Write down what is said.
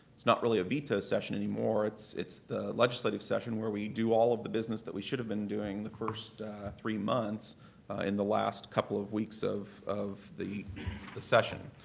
it's not really a veto session any more. it's it's the legislative session where we do all of the business that we should have been doing the first three months in the last couple of weeks of of the the session.